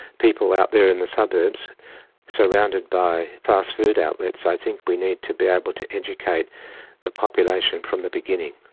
people out there in the suburbs surrounded by fast food outlets, i think we need to be able to educate the population from the beginning,